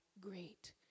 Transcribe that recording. great